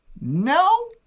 no